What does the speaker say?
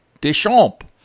Deschamps